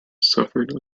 suffered